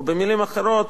במלים אחרות,